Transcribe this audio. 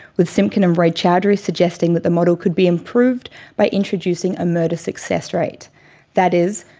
with simkin and roychowdhury suggesting that the model could be improved by introducing a murder success rate that is,